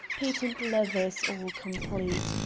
patent leathers, all complete.